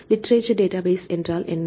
literature database என்றால் என்ன